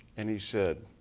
and he said,